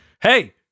Hey